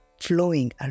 flowing